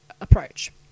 approach